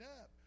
up